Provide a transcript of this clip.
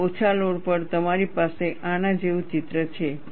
અને ઓછા લોડ પર તમારી પાસે આના જેવું ચિત્ર છે